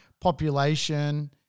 population